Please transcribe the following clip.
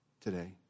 Today